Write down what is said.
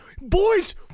Boys